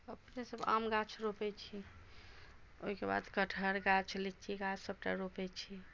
अपनेसब आम गाछ रोपै छी ओहिके बाद कठहर गाछ लीची गाछ सबटा रोपै छी